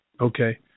Okay